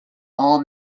all